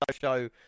show